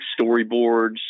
storyboards